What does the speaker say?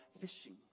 fishing